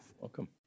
Welcome